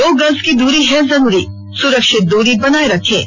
दो गज की दूरी है जरूरी सुरक्षित दूरी बनाए रखें